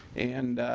and